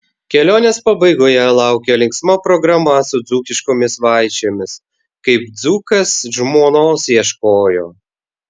kelionės pabaigoje laukė linksma programa su dzūkiškomis vaišėmis kaip dzūkas žmonos ieškojo